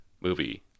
movie